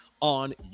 on